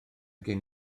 gen